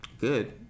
good